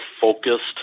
focused